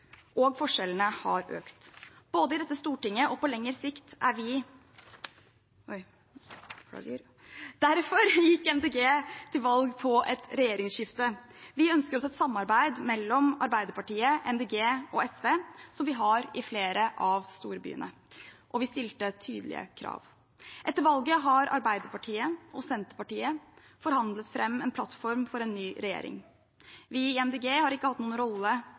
og forskjellene har økt. Derfor gikk Miljøpartiet De Grønne til valg på et regjeringsskifte. Vi ønsker oss et samarbeid mellom Arbeiderpartiet, Miljøpartiet De Grønne og SV, slik vi har i flere av storbyene, og vi stilte tydelige krav. Etter valget har Arbeiderpartiet og Senterpartiet forhandlet fram en plattform for en ny regjering. Vi i Miljøpartiet De Grønne har ikke hatt noen rolle